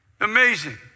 amazing